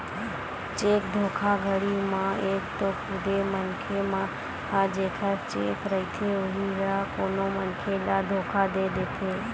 cheque धोखाघड़ी म एक तो खुदे मनखे ह जेखर चेक रहिथे उही ह कोनो मनखे ल धोखा दे देथे